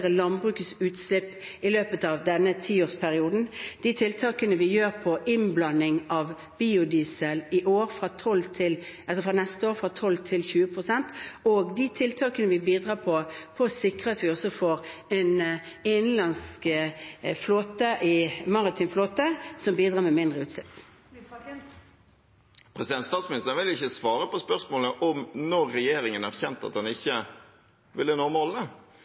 utslipp i løpet av denne tiårsperioden, de tiltakene vi setter i verk når det gjelder innblanding av biodiesel fra neste år, fra 12 til 20 pst., og de tiltakene vi bidrar med for å sikre at vi også får en innenlandsk maritim flåte med mindre utslipp. Audun Lysbakken – til oppfølgingsspørsmål. Statsministeren vil ikke svare på spørsmålet om når regjeringen erkjente at en ikke vil nå målene.